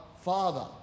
Father